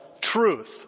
truth